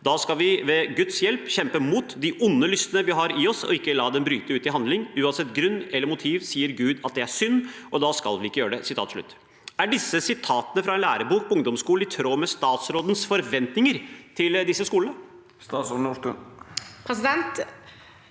Da skal vi ved Guds hjelp kjempe mot de onde lystene vi har i oss og ikke la dem bryte ut i handling. Uansett grunn eller motiv, sier Gud at det er synd, og da skal vi ikke gjøre det.» Er disse sitatene fra en lærebok i ungdomsskolen i tråd med statsrådens forventninger til disse skolene? Statsråd Kari